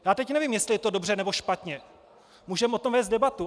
Já teď nevím, jestli je to dobře, nebo špatně, můžeme o tom vést debatu.